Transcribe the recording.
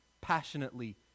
passionately